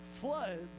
Floods